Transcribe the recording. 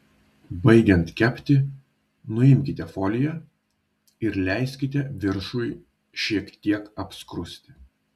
baigiant kepti nuimkite foliją ir leiskite viršui šiek tiek apskrusti